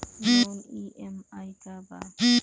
Loan EMI का बा?